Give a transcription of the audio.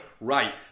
right